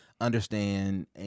understand